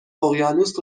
اقیانوس